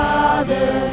Father